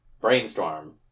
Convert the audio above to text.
Brainstorm